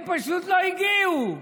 הם פשוט לא הגיעו.